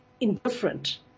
indifferent